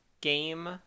game